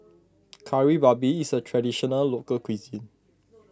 Kari Babi is a Traditional Local Cuisine